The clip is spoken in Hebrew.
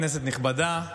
כנסת נכבדה,